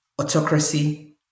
autocracy